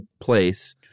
place